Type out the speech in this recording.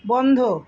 বন্ধ